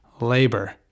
Labor